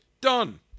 Done